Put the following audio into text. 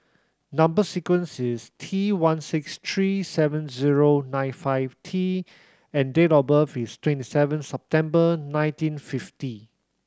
number sequence is T one six three seven zero nine five T and date of birth is twenty seven September nineteen fifty